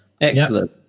excellent